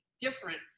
different